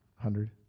hundred